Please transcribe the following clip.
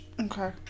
okay